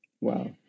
Wow